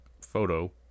photo